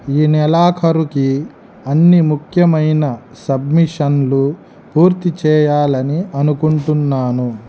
ఈ నెలాఖరుకి అన్ని ముఖ్యమైన సబ్మిషన్లు పూర్తి చెయ్యాలని ఆనుకుంటున్నాను